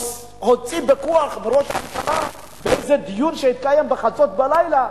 הוא הוציא בכוח מראש הממשלה באיזה דיון שהתקיים בחצות הלילה,